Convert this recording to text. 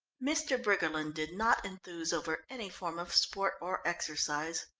mr. briggerland did not enthuse over any form of sport or exercise.